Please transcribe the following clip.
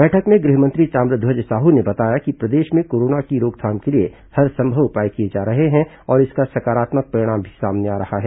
बैठक में गृह मंत्री ताम्रध्वज साहू ने बताया कि प्रदेश में कोरोना की रोकथाम के लिए हरसंभव उपाय किए जा रहे हैं और इसका सकारात्मक परिणाम भी सामने आ रहा है